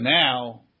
now